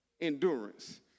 endurance